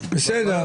בסדר,